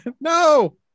No